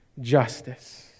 justice